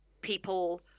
people